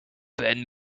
ben